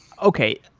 okay.